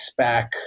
SPAC